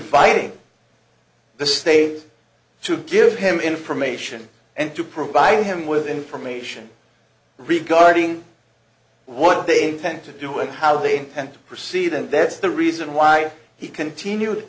iting the state to give him information and to provide him with information regarding what they tend to do it how they intend to proceed and that's the reason why he continue